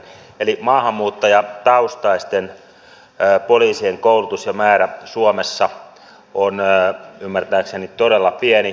eli maahanmuuttajataustaisten poliisien koulutus ja määrä suomessa on ymmärtääkseni todella pieni